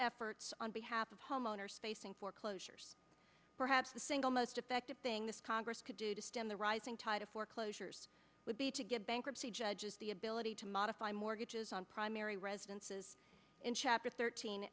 efforts on behalf of homeowners facing foreclosures perhaps the single most effective thing this congress could do to stem the rising tide of foreclosures would be to give bankruptcy judges the ability to modify mortgages on primary residences in chapter thirteen